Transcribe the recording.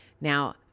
Now